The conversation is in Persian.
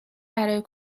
برای